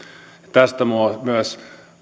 tästä myös